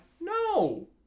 No